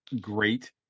great